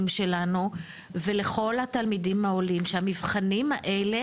ולכל התלמידים העולים, שהמבחנים האלה